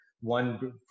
One